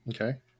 Okay